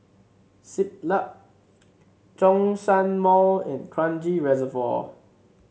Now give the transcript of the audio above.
Siglap Zhongshan Mall and Kranji Reservoir